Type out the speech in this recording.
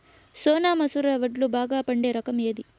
సోనా మసూర వడ్లు బాగా పండే రకం ఏది